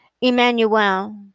Emmanuel